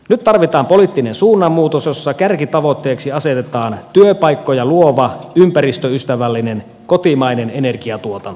nyt tarvitaan poliittinen suunnanmuutos jossa kärkitavoitteeksi asetetaan työpaikkoja luova ympäristöystävällinen kotimainen energiatuotanto